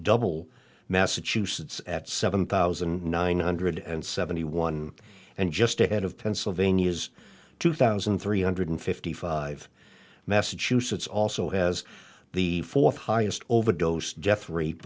double massachusetts at seven thousand nine hundred and seventy one and just ahead of pennsylvania's two thousand three hundred fifty five massachusetts also has the fourth highest overdose death rate